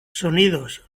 sonidos